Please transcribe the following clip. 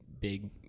big